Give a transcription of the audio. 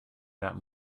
that